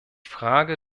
frage